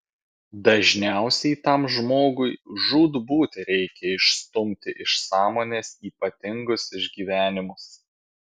dažniausiai tam žmogui žūtbūt reikia išstumti iš sąmonės ypatingus išgyvenimus